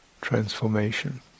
transformation